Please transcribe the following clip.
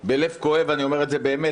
בלב כואב אני אומר את זה באמת,